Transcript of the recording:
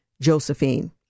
Josephine